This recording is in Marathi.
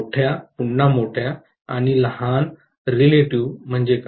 मोठ्या पुन्हा मोठ्या आणि लहान रिलेटिव्ह म्हणजे काय